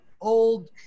Old